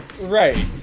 Right